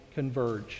converge